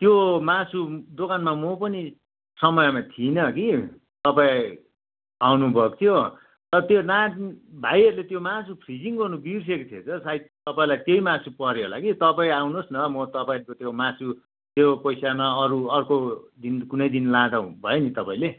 त्यो मासु दोकानमा म पनि समयमा थिइनँ कि तपाईँ आउनु भएको थियो त्यो भाइहरूले त्यो मासु फ्रिजिङ गर्नु बिर्सेको थिएछ सायद तपाईँलाई त्यही मासु पऱ्यो होला कि तपाईँ आउनोस् न म तपाईँको त्यो मासु त्यो पैसामा अरू अर्को दिन कुनै दिन लाँदा भयो नि तपाईँले